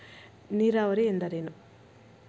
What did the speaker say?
ನೀರಾವರಿ ಎಂದರೇನು?